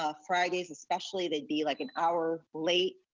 ah fridays especially, they'd be like an hour late.